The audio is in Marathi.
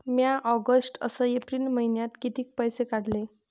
म्या ऑगस्ट अस एप्रिल मइन्यात कितीक पैसे काढले?